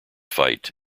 fight